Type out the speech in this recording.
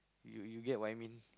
you you get what I mean